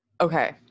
Okay